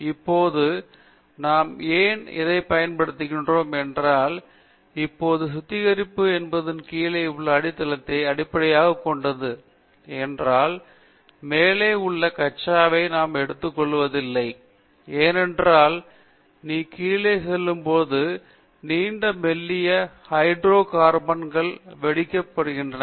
இப்போது நாம் ஏன் இதைப் பயன்படுத்துகிறோம் என்றால் இப்போது சுத்திகரிப்பு என்பது கீழேயுள்ள அடித்தளத்தை அடிப்படையாகக் கொண்டது என்றால் மேலே உள்ள கச்சாவை நாம் எடுத்துக்கொள்வதில்லை ஏனென்றால் நீ கீழே செல்லும்போது நீண்ட மெல்லிய ஹைட்ரோ கார்பன்கள் வெடிக்கப்பட வேண்டும்